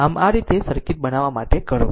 આમ આ રીતે સર્કિટ બનાવવા માટે કરો